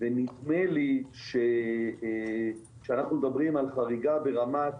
ונדמה לי שכשאנחנו מדברים על חריגה ברמת